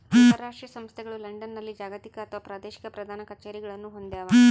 ಅಂತರಾಷ್ಟ್ರೀಯ ಸಂಸ್ಥೆಗಳು ಲಂಡನ್ನಲ್ಲಿ ಜಾಗತಿಕ ಅಥವಾ ಪ್ರಾದೇಶಿಕ ಪ್ರಧಾನ ಕಛೇರಿಗಳನ್ನು ಹೊಂದ್ಯಾವ